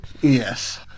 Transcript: Yes